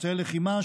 אמצעי לחימה,